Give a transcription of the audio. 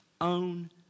own